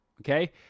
Okay